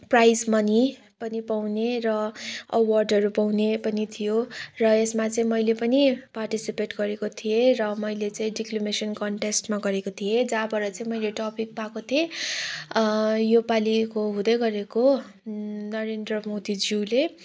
price money पनि पाउने र अवार्डहरू पाउने पनि थियो र यसमा चाहिँ मैले पनि पार्टिसिपेट गरेको थिएँ र मैले चाहिँ डिक्लामेसन कन्टेस्टमा गरेको थिएँ जहाँबाट चाहिँ मैले टपिक पाएको थिएँ योपालिको हुँदै गरेको नरेन्द्र मोदीज्यूले